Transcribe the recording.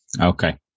Okay